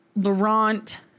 Laurent